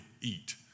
eat